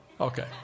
okay